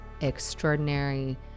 extraordinary